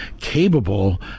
capable